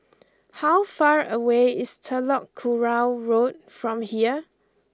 how far away is Telok Kurau Road from here